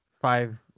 Five